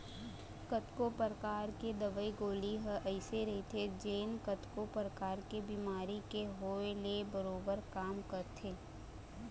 कतको परकार के दवई गोली ह अइसे रहिथे जेन कतको परकार के बेमारी के होय ले बरोबर काम आथे